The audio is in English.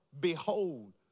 behold